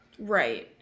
Right